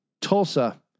Tulsa